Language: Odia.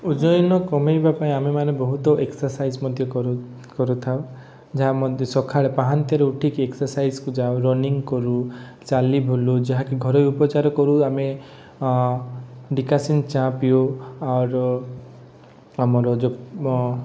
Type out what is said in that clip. ଓଜନ କମାଇବା ପାଇଁ ଆମେମାନେ ବହୁତ ଏକ୍ସସରସାଇଜ୍ ମଧ୍ୟ କରୁଥାଉ ଯାହାମଧ୍ୟ ସକାଳେ ପାହାନ୍ତିଆରୁ ଉଠିକି ଏକ୍ସରସାଇଜ୍କୁ ଯାଉ ରନିଙ୍ଗ କରୁ ଚାଲି ବୁଲୁ ଯାହାକି ଘରୋଇ ଉପଚାର କରୁ ଆମେ ଡିକାସିନ୍ ଚା' ପିଉ ଆମର ଯେଉଁ